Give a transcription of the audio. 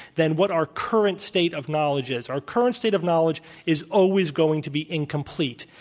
than what our current state of knowledge is. our current state of knowledge is always going to be incomplete.